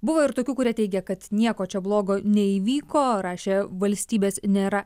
buvo ir tokių kurie teigia kad nieko čia blogo neįvyko rašė valstybės nėra